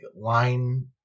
line